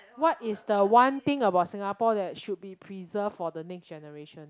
what is the one thing about singapore that should be preserved for the next generation